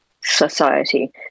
society